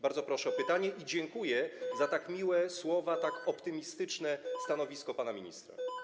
Bardzo proszę o odpowiedź na pytanie i dziękuję za tak miłe słowa, tak optymistyczne stanowisko pana ministra.